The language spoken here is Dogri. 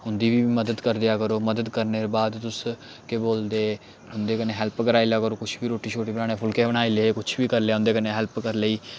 उं'दी बी मदद करी देआ करो मदद करने दे बाद तुस केह् बोलदे उं'दे कन्नै हैल्प कराई लै करो कुछ बी रोटी शोटी बनाने फुलके बनाई लै कुछ बी करी लै उं'दे कन्नै हैल्प करी लेई